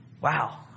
wow